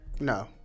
No